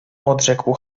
odrzekł